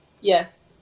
Yes